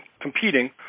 competing